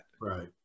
Right